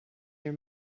near